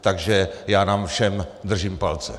Takže já nám všem držím palce.